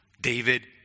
David